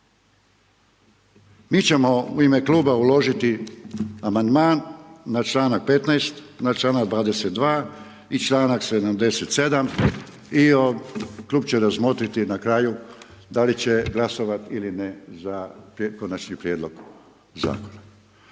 Mi ćemo u ime Kluba uložiti amandman na čl. 15., na čl. 22. i čl. 77. i Klub će razmotriti na kraju da li će glasovat ili ne za Konačni prijedlog zakona.